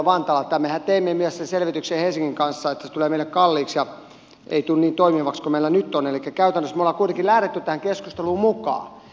mehän teimme myös selvityksen helsingin kanssa että se tulee meille kalliiksi ja ei tule niin toimivaksi kuin meillä nyt on elikkä käytännössä me olemme kuitenkin lähteneet tähän keskusteluun mukaan